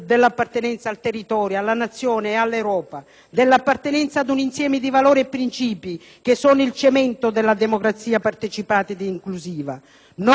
dell'appartenenza ad un insieme di valori e principi che sono il cemento della democrazia partecipata ed inclusiva. Siamo altresì consapevoli del fatto che